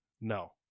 No